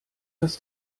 das